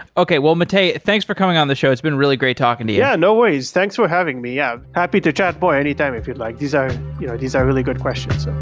okay, well matei thanks for coming on the show. it's been really great talking to you yeah, no worries. thanks for having me. yeah, happy to chat more anytime if you'd like. these are you know these are really good questions